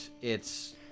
It's-